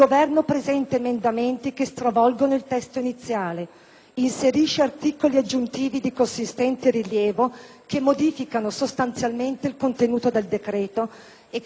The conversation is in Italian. inserisce articoli aggiuntivi di consistente rilievo, che modificano sostanzialmente il contenuto del decreto e che meriterebbero ben altra attenzione e maggiore cautela.